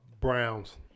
Browns